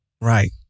Right